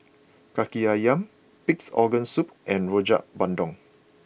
Kaki Ayam Pig'S Organ Soup and Rojak Bandung